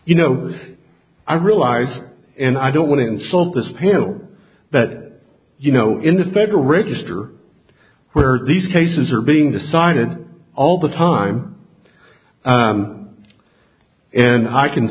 you know i realize and i don't want to insult this pill that you know in the federal register where these cases are being decided all the time and i can